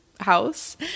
house